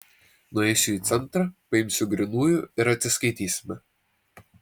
nueisiu į centrą paimsiu grynųjų ir atsiskaitysime